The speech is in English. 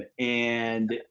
and and